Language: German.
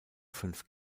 fünf